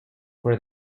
for